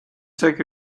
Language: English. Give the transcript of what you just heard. take